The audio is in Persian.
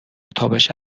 تابش